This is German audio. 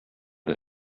der